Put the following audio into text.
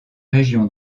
région